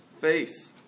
face